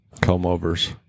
Comb-overs